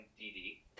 DD